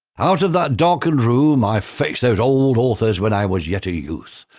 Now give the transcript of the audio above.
out of that darkened room i faced those old authors when i was yet a youth,